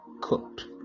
cooked